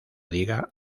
diga